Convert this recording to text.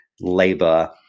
labor